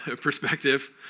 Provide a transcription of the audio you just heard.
perspective